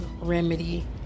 remedy